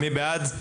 מי בעד?